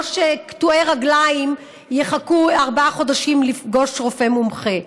לא שקטועי רגליים יחכו ארבעה חודשים לפגוש רופא מומחה.